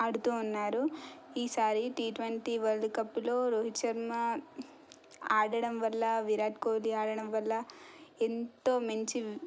ఆడుతూ ఉన్నారు ఈసారి టి ట్వంటీ వరల్డ్కప్లో రోహిత్ శర్మ ఆడటం వల్ల విరాట్ కోహ్లి ఆడటం వల్ల ఎంతో మంచి